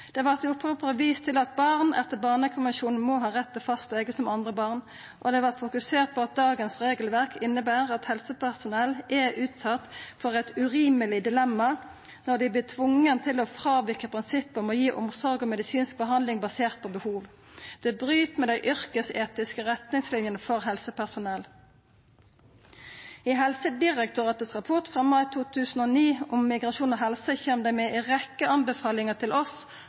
Det vart i oppropet vist til at barn etter Barnekonvensjonen må ha rett til fastlege som andre barn, og det vart fokusert på at dagens regelverk inneber at helsepersonell er utsett for eit urimeleg dilemma når dei vert tvinga til å fråvika prinsippet om å gi omsorg og medisinsk behandling basert på behov. Det bryt med dei yrkesetiske retningslinjene for helsepersonell. I Helsedirektoratets rapport frå mai 2009, Migrasjon og helse, kjem dei med ei rekkje anbefalingar til oss